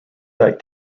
that